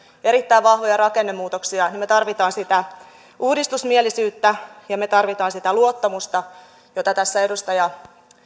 erittäin vahvoja rakennemuutoksia sitä uudistusmielisyyttä ja me tarvitsemme sitä luottamusta jonka tässä edustaja